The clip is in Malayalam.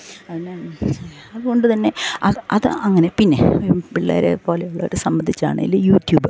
അതിന് അതുകൊണ്ട് തന്നെ അത് അങ്ങനെ പിന്നെ പിള്ളേരെപ്പോലെ ഉള്ളവരെ സംബന്ധിച്ചാണേൽ യൂട്യൂബ്